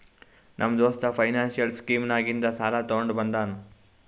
ನಮ್ಮ ದೋಸ್ತ financial scheme ನಾಗಿಂದೆ ಸಾಲ ತೊಂಡ ಬಂದಾನ್